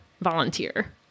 volunteer